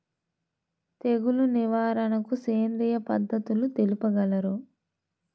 తెగులు నివారణకు సేంద్రియ పద్ధతులు తెలుపగలరు?